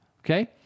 okay